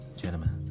gentlemen